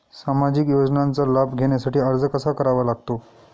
सामाजिक योजनांचा लाभ घेण्यासाठी अर्ज कसा करावा लागतो?